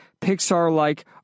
Pixar-like